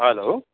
hello